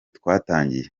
twatangiye